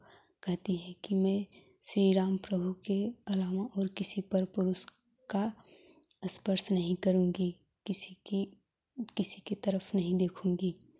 कहती हैं कि मैं श्री राम प्रभु के अलावा और किसी पर पुरुष का स्पर्श नहीं करूँगी किसी की किसी की तरफ़ नहीं देखूँगी